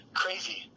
crazy